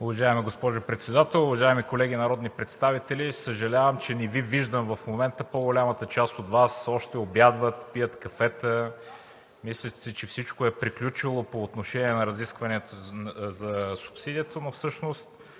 Уважаема госпожо Председател, уважаеми колеги народни представители! Съжалявам, че не Ви виждам в момента – по-голямата част от Вас още обядват, пият кафета, мислят си, че всичко е приключило по отношение на разискванията за субсидията. Но всъщност